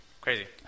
Crazy